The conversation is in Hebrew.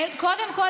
קודם כול,